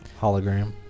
Hologram